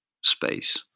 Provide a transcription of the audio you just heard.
space